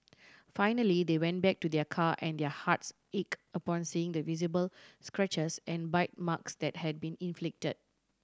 finally they went back to their car and their hearts ached upon seeing the visible scratches and bite marks that had been inflicted